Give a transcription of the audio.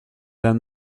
d’un